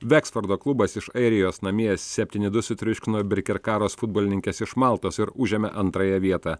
veksfordo klubas iš airijos namie septyni du sutriuškino birkirkaros futbolininkes iš maltos ir užėmė antrąją vietą